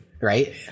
right